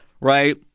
right